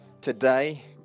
Today